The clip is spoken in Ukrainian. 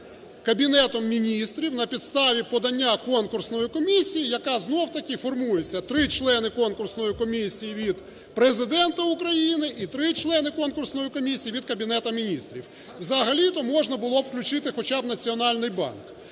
Кабінетом Міністрів на підставі подання конкурсної комісії, яка знову-таки формується: 3 члени конкурсної комісії – від Президента України і 3 члени конкурсної комісії – від Кабінету Міністрів. Взагалі-то можна було б включити хоча б Національний банк.